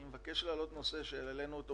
אני מבקש להעלות נושא שהעלינו אותו